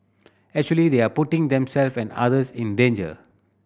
actually they are putting themselves and others in danger